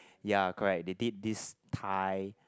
ya correct they did this Thai